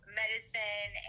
medicine